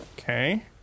Okay